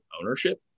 ownership